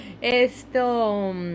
Esto